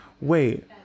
wait